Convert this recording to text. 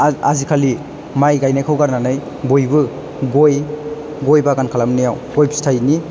आजिखालि माइ गाइनायखौ गारनानै बयबो गय बागान खालामनायाव गय फिथाइनि